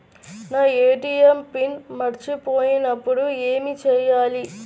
నా ATM pin మరచిపోయినప్పుడు ఏమి చేయాలి?